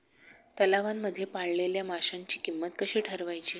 तलावांमध्ये पाळलेल्या माशांची किंमत कशी ठरवायची?